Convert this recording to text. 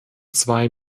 zwei